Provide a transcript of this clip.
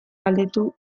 galdetu